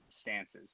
stances